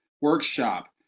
Workshop